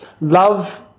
love